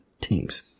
teams